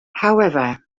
however